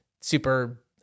super